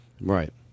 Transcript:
Right